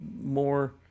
more